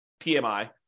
PMI